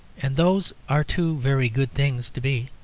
and those are two very good things to be.